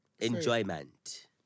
Enjoyment